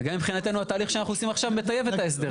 וגם מבחינתנו התהליך שאנחנו עושים עכשיו מטייב את ההסדר.